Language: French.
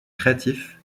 créatif